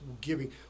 giving